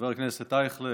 חבר הכנסת אייכלר,